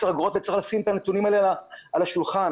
אגורות וצריך לשים את הנתונים האלה על השולחן